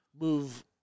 move